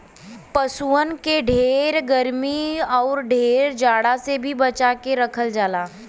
पसुअन के ढेर गरमी आउर ढेर जाड़ा से भी बचा के रखल जाला